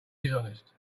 dishonest